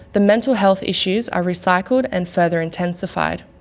the mental health issues are recycled and further intensified.